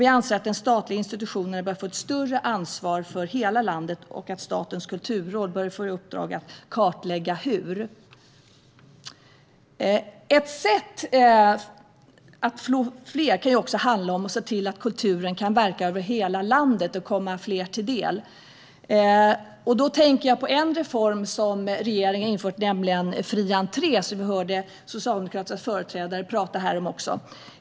Vi anser att de statliga institutionerna bör få ett större ansvar för hela landet och att Statens kulturråd bör få i uppdrag att kartlägga hur. Ett sätt att nå fler kan också handla om att se till att kulturen kan verka över hela landet och komma fler till del. Då tänker jag på en reform som regeringen har infört, nämligen fri entré, som vi hörde Socialdemokraternas företrädare prata om.